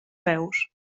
peus